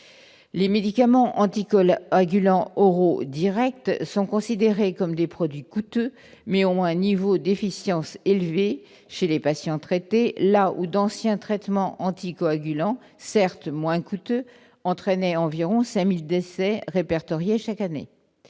Les médicaments anticoagulants oraux directs, par exemple, sont considérés comme des produits coûteux, mais ont un niveau d'efficience élevé là où d'anciens traitements anticoagulants, certes moins coûteux, entraînaient environ 5 000 décès chaque année.